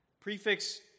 prefix